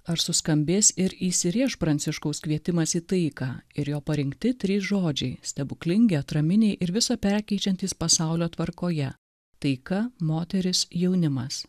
ar suskambės ir įsirėš pranciškaus kvietimas į taiką ir jo parinkti trys žodžiai stebuklingi atraminiai ir visa perkeičiantis pasaulio tvarkoje taika moterys jaunimas